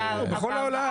ברור, ברור, בכל העולם.